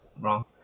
wrong